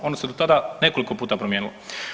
Ono se do tada nekoliko puta promijenilo.